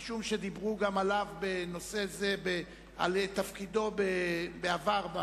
משום שדיברו גם עליו בנושא זה על תפקידו בעבר.